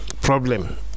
problem